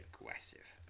aggressive